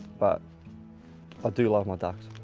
but i do love my ducks.